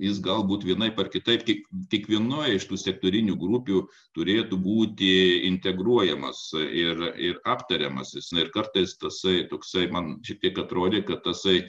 jis galbūt vienaip ar kitaip tik tik vienoj iš tų sektorinių grupių turėtų būti integruojamas ir ir aptariamas jis na ir kartais tasai toksai man šitiek atrodė kad tasai